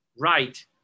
right